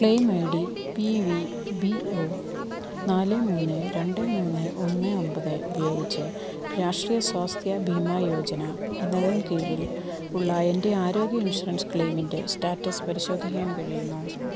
claim I D P V B O നാല് മൂന്ന് രണ്ട് മൂന്ന് ഒന്ന് ഒമ്പത് ഉപയോഗിച്ച് രാഷ്ട്രീയ സ്വാസ്ഥ്യ ബീമാ യോജന എന്നതിന് കീഴിൽ ഉള്ള എൻ്റെ ആരോഗ്യ ഇൻഷുറൻസ് ക്ലെയിമിൻ്റെ സ്റ്റാറ്റസ് പരിശോധിക്കാൻ കഴിയുമോ